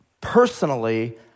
personally